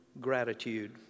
gratitude